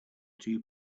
two